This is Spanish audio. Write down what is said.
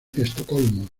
estocolmo